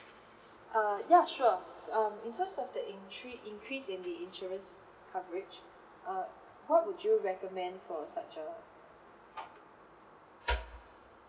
uh ya sure um in terms of incre~ increase in the insurance coverage uh what would you recommend for such uh